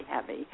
heavy